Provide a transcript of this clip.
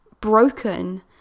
broken